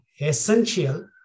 essential